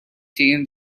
change